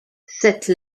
cette